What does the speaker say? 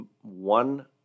one